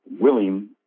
willing